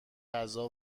غذا